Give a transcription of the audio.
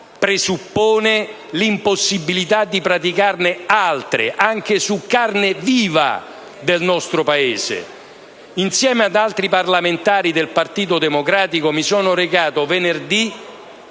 presuppone l'impossibilità di praticarne altre, anche sulla carne viva del nostro Paese. Insieme ad altri parlamentari del Partito Democratico, venerdì